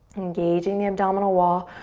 engaging the abdominal wall,